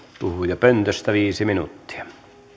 puhujapöntöstä viisi minuuttia